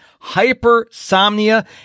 hypersomnia